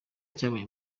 cyabaye